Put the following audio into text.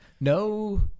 No